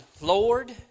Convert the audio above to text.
Lord